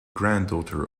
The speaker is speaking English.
granddaughter